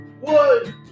wood